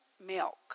milk